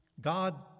God